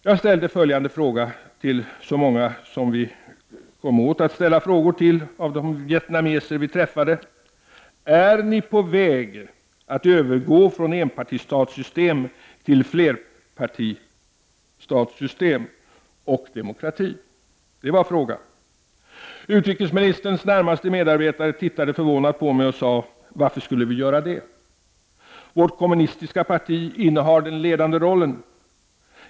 Jag ställde följande fråga till de vietnameser som jag kom åt att ställa frågor till av de vietnameser vi träffade: Är ni på väg att övergå från enpartistatssystem till flerpartisystem och demokrati? Utrikesministerns närmaste medarbetare tittade förvånat på mig och sade: Varför skulle vi göra det? Vårt kommunistiska parti innehar den ledande rollen.